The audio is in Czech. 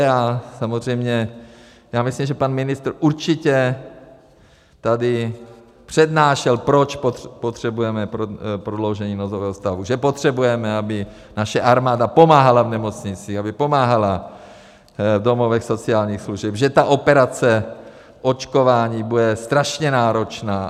A samozřejmě já myslím, že pan ministr určitě tady přednášel, proč potřebujeme prodloužení nouzového stavu, že potřebujeme, aby naše armáda pomáhala v nemocnicích, aby pomáhala v domovech sociálních služeb, že ta operace očkování bude strašně náročná.